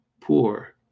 poor